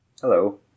Hello